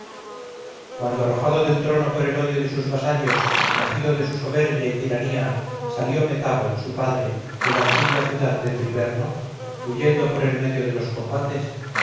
cuando arrojado del trono por el odio de sus vasallos nacido de su soberbia y tiranía salió metabo su padre de la antigua ciudad de triverno huyendo por en medio de los combates